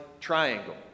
triangle